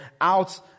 out